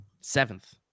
Seventh